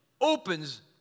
opens